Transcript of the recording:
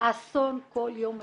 האסון כל יום מחדש.